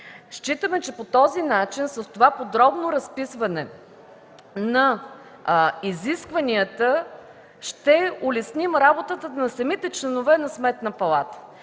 Считаме, че по този начин, с подробното разписване на изискванията ще улесним работата на самите членове на Сметната палата.